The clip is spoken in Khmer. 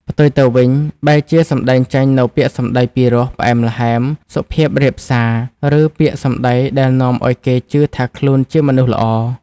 ផ្ទុយទៅវិញ បែរជាសម្ដែងចេញនូវពាក្យសម្ដីពីរោះ ផ្អែមល្ហែម សុភាពរាបសារ ឬពាក្យសម្ដីដែលនាំឱ្យគេជឿថាខ្លួនជាមនុស្សល្អ។